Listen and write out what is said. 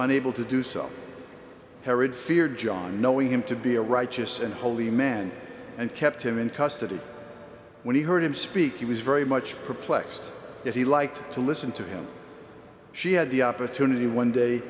unable to do so herod feared john knowing him to be a righteous and holy man and kept him in custody when he heard him speak he was very much perplexed as he liked to listen to him she had the opportunity one day